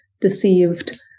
deceived